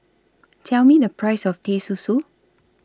Tell Me The Price of Teh Susu